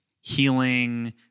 healing